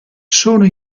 sono